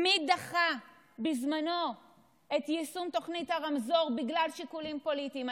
מי דחה בזמנו את יישום תוכנית הרמזור בגלל שיקולים פוליטיים,